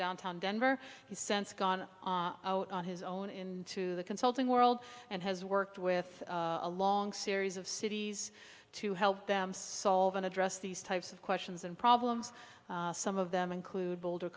downtown denver the sense gone on his own into the consulting world and has worked with a long series of cities to help them solve and address these types of questions and problems some of them include boulder